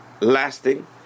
lasting